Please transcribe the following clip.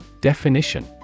Definition